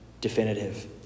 definitive